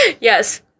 Yes